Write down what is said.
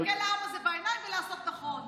להסתכל לעם הזה בעיניים ולעשות נכון.